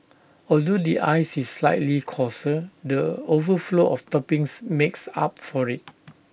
although the ice is slightly coarser the overflow of toppings makes up for IT